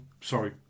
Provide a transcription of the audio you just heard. sorry